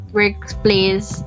workplace